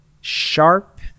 sharp